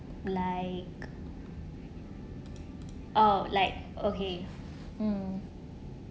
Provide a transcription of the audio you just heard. like oh like okay mm